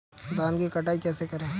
धान की कटाई कैसे करें?